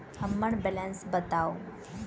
हम्मर बैलेंस बताऊ